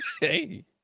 Hey